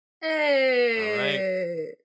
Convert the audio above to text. Hey